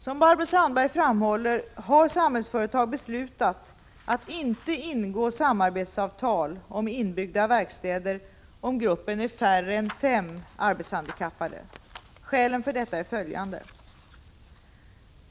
Som Barbro Sandberg framhåller har Samhällsföretag beslutat att inte ingå samarbetsavtal om inbyggda verkstäder om gruppen är färre än fem arbetshandikappade. Skälen för detta är följande.